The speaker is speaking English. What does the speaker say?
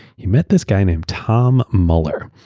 he met this guy named tom mueller.